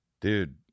Dude